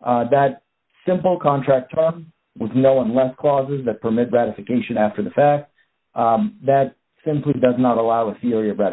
that simple contract d with no unless clauses that permit gratification after the fact that simply does not allow a theory about